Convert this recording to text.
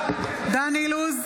אילוז,